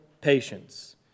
patience